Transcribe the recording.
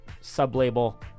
sub-label